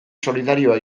solidarioa